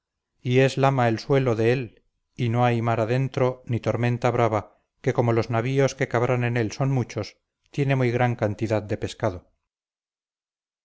y es lama el suelo de él y no hay mar dentro ni tormenta brava que como los navíos que cabrán en él son muchos tiene muy gran cantidad de pescado